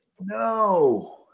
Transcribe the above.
No